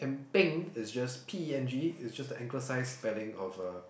and peng is just P_E_N_G is just the anchor sized spelling of a